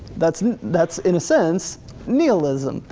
that's that's in a sense nihilism.